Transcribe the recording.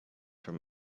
from